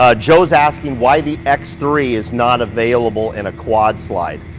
ah joe's asking why the x three is not available in a quad slide.